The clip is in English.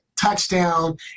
touchdown